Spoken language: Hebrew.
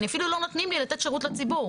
אני אפילו לא נותנים לי לתת שירות לציבור.